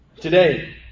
Today